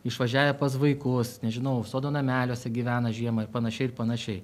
išvažiavę pas vaikus nežinau sodo nameliuose gyvena žiemą ir panašiai ir panašiai